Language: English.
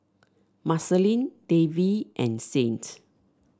Marceline Davy and Saint